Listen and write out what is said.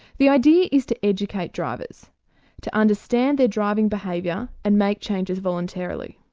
the idea is to educate drivers to understand their driving behaviour and make changes voluntarily.